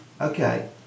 Okay